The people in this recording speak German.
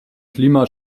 klima